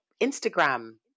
Instagram